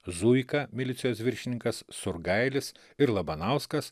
zuika milicijos viršininkas surgailis ir labanauskas